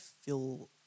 feel